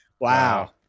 Wow